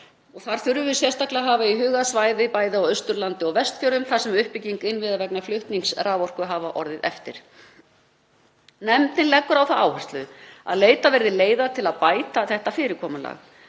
Þar þurfum við sérstaklega að hafa í huga svæði bæði á Austurlandi og Vestfjörðum þar sem uppbygging innviða vegna flutnings raforku hefur orðið eftir. Nefndin leggur á það áherslu að leitað verði leiða til að bæta þetta fyrirkomulag